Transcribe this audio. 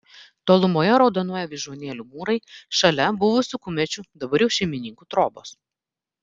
tolumoje raudonuoja vyžuonėlių mūrai šalia buvusių kumečių dabar jau šeimininkų trobos